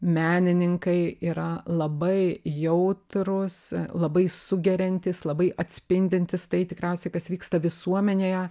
menininkai yra labai jautrūs labai sugeriantys labai atspindintys tai tikriausiai kas vyksta visuomenėje